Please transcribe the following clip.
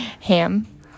ham